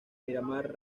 miramar